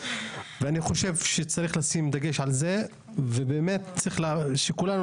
אני חושב שצריך לשים דגש על זה וצריך שכולנו